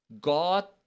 God